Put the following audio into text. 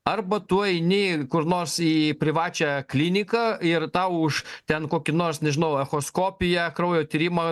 arba tu eini kur nors į privačią kliniką ir tau už ten kokį nors nežinau echoskopiją kraujo tyrimą